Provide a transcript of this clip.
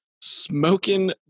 smoking